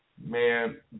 man